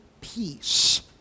peace